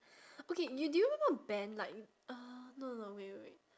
okay do do you remember ben like uh no no no wait wait wait